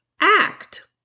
act